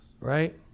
right